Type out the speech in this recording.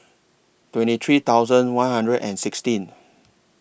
twenty three thousand one hundred and sixteen